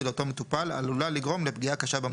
לאותו מטופל עלולה לגורם לפגיעה קשה במטופל.